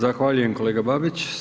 Zahvaljujem, kolega Babić.